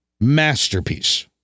masterpiece